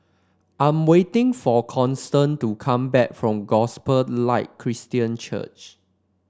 I am waiting for Constance to come back from Gospel Light Christian Church